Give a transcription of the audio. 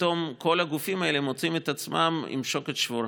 פתאום כל הגופים האלה מוצאים את עצמם מול שוקת שבורה.